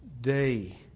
day